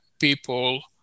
people